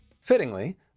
Fittingly